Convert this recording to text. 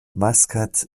maskat